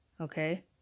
Okay